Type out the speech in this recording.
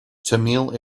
tamil